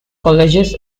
colleges